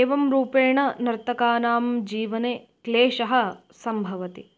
एवं रूपेण नर्तकानां जीवने क्लेशः सम्भवति